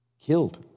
Killed